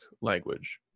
language